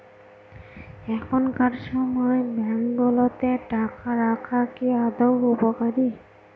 এখনকার সময় ব্যাঙ্কগুলোতে টাকা রাখা কি আদৌ উপকারী?